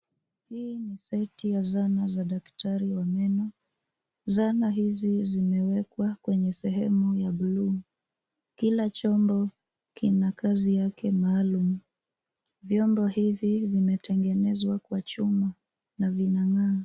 Hii ni seti ya zana za daktari wa meno. Zana hizi zimewekwa kwenye sehemu ya bluu. Kila chombo kina kazi yake maalum. Vyombo hivi vimetengenzwa kwa chuma na vinang'aa.